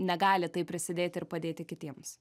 negali taip prisidėti ir padėti kitiems